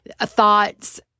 thoughts